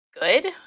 good